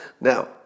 now